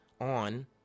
on